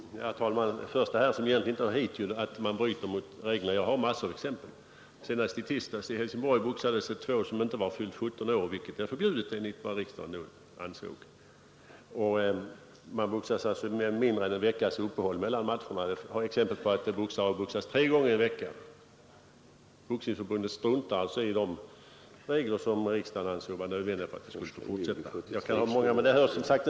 Herr talman! På det första som justitieministern sade — och som egentligen inte hör hit — huruvida man bryter mot reglerna eller inte, vill jag svara att jag har många exempel på det. Så sent som i tisdags boxades två pojkar i Helsingborg, trots att de inte var fyllda 17 år. Det är förbjudet enligt vad riksdagen beslutat. Det förekommer också att man boxas med mindre än en veckas uppehåll mellan matcherna. Ja, det finns exempel på boxare som har gått matcher tre gånger i veckan. Boxningsförbundet struntar sålunda i de regler som riksdagen ansåg nödvändiga, om amatörboxningen skulle få fortsätta.